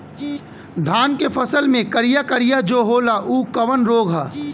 धान के फसल मे करिया करिया जो होला ऊ कवन रोग ह?